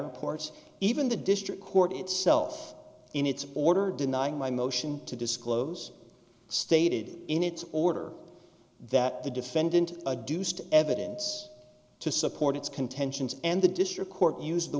reports even the district court itself in its order denying my motion to disclose stated in its order that the defendant a deuced evidence to support its contentions and the district court used the